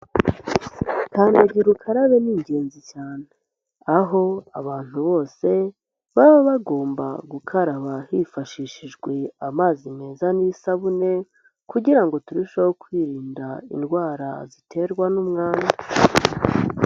Kandagira ukarabe ni ingenzi cyane. Aho abantu bose baba bagomba gukaraba hifashishijwe amazi meza n'isabune, kugira ngo turusheho kwirinda indwara ziterwa n'umwanda.